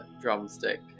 drumstick